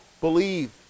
believe